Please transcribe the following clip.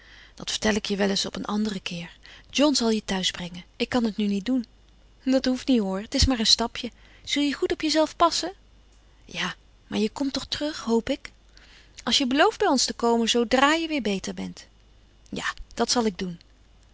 dat vertel ik je wel eens op een anderen keer john zal je thuisbrengen ik kan het nu niet doen dat hoeft niet hoor het is maar een stapje zul je goed op je zelf passen ja maar je komt toch terug hoop ik als je belooft bij ons te komen zoodra je weer beter bent ja dat zal ik doen